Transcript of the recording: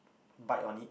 bite on it